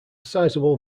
sizeable